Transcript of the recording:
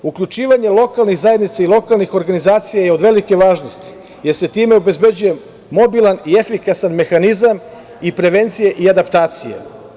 Uključivanje lokalnih zajednica i lokalnih organizacija je od velike važnosti, jer se time obezbeđuje mobilan i efikasan mehanizam i prevencije i adaptacije.